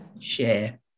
share